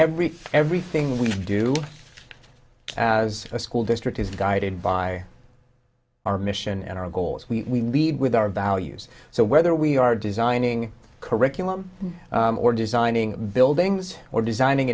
everything everything we do as a school district is guided by our mission and our goals we lead with our values so whether we are designing curriculum or designing buildings or designing